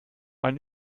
eine